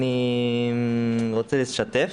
אני רוצה לשתף.